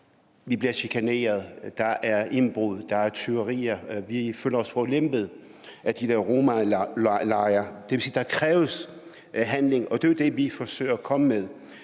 Vi bliver chikaneret, der er indbrud, der er tyverier, vi føler os forulempet af de der romalejre. Det vil sige, at der kræves handling, og det er jo det, vi forsøger at komme med.